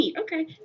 Okay